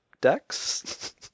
Decks